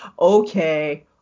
okay